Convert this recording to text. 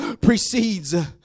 precedes